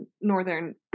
Northern